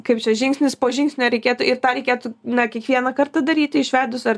kaip čia žingsnis po žingsnio reikėtų ir tą reikėtų na kiekvieną kartą daryti išvedus ar